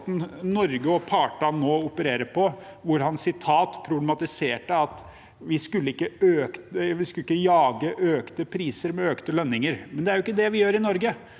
Norge og partene nå opererer på, var feil, og han problematiserte det å skulle jage økte priser med økte lønninger – men det er jo ikke det vi gjør i Norge.